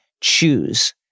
choose